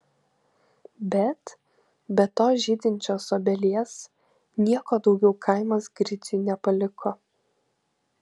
bet be tos žydinčios obelies nieko daugiau kaimas griciui nepaliko